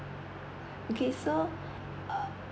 okay so uh